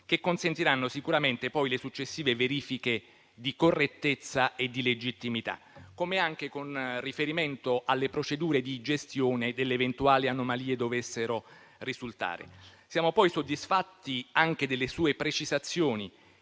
che consentiranno sicuramente le successive verifiche di correttezza e di legittimità, come anche con riferimento alle procedure di gestione delle eventuali anomalie che dovessero risultare. Siamo poi soddisfatti anche delle sue precisazioni